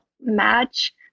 match